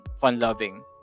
fun-loving